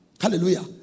Hallelujah